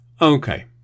Okay